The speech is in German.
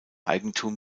eigentum